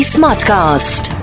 Smartcast